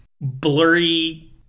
blurry